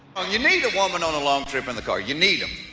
ah you need a woman on a long trip in the car, you need them.